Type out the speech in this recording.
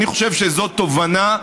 אני חושב שזו תובנה,